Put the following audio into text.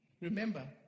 Remember